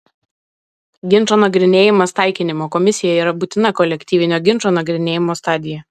ginčo nagrinėjimas taikinimo komisijoje yra būtina kolektyvinio ginčo nagrinėjimo stadija